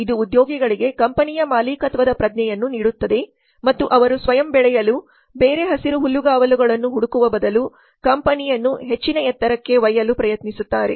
ಇದು ಉದ್ಯೋಗಿಗಳಿಗೆ ಕಂಪನಿಯ ಮಾಲೀಕತ್ವದ ಪ್ರಜ್ಞೆಯನ್ನು ನೀಡುತ್ತದೆ ಮತ್ತು ಅವರು ಸ್ವಯಂ ಬೆಳೆಯಲು ಬೇರೆ ಹಸಿರು ಹುಲ್ಲುಗಾವಲುಗಳನ್ನು ಹುಡುಕುವ ಬದಲು ಕಂಪನಿಯನ್ನು ಹೆಚ್ಚಿನ ಎತ್ತರಕ್ಕೆ ಒಯ್ಯಲು ಪ್ರಯತ್ನಿಸುತ್ತಾರೆ